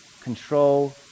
control